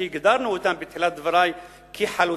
שהגדרנו אותם בתחילת דברי כחלוצים